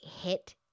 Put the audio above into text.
hit